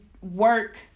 work